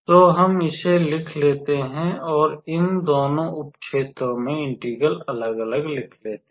तो अब हम इसे लिख लेते हैं और इन दोनों उप क्षेत्रों में इंटीग्रल अलग अलग लिख लेते हैं